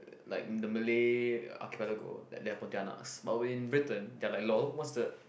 like the Malay Archipelago that there are Pontianaks but in Britain they are like lol what's a